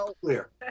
clear